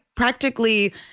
Practically